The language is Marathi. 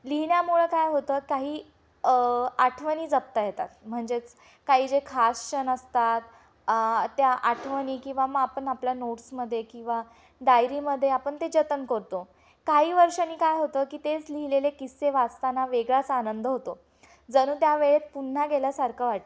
लिहिण्यामुळं काय होतं काही आठवणी जपता येतात म्हणजेच काही जे खास क्षण असतात त्या आठवणी किंवा मग आपण आपल्या नोट्समध्ये किंवा डायरीमध्ये आपण ते जतन करतो काही वर्षानी काय होतं की तेच लिहिलेले किस्से वाचताना वेगळाच आनंद होतो जणू त्या वेळेत पुन्हा गेल्यासारखं वाटतं